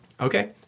Okay